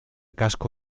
casco